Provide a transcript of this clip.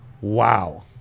wow